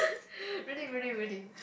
really really really